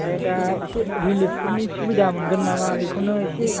ओमफाय दा एसे रिलिबफोरनि सुबिदा मोनगोन नामा बेखौनो एसे